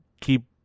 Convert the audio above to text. keep